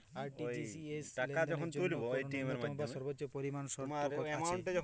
RTGS লেনদেনের জন্য কোন ন্যূনতম বা সর্বোচ্চ পরিমাণ শর্ত আছে?